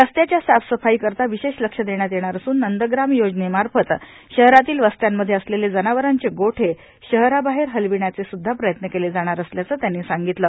रस्त्याच्या साफ सफाई करिता विशेष लक्ष देण्यात येणार असून नंदग्राम योजनेमार्फत शहरातील वस्त्यामध्ये असलेले जनावरांचे गोठे शहराबाहेर हलविण्याचे सुद्धा प्रयत्न केले जाणार असल्याचं त्यांनी सांगितलं